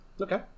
okay